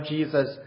Jesus